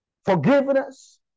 Forgiveness